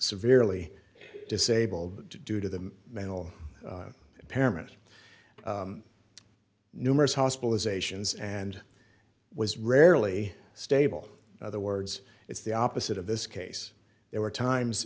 severely disabled due to the mental impairment numerous hospitalizations and was rarely stable other words it's the opposite of this case there were times